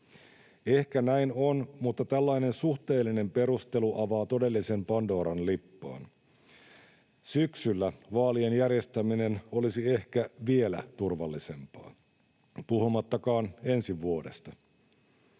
Ehkä näin on, mutta tällainen suhteellinen perustelu avaa todellisen pandoran lippaan. Syksyllä vaalien järjestäminen olisi ehkä vielä turvallisempaa, puhumattakaan ensi vuodesta.